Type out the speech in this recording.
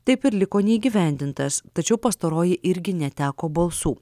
taip ir liko neįgyvendintas tačiau pastaroji irgi neteko balsų